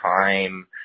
time